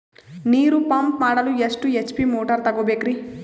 ನೀರು ಪಂಪ್ ಮಾಡಲು ಎಷ್ಟು ಎಚ್.ಪಿ ಮೋಟಾರ್ ತಗೊಬೇಕ್ರಿ?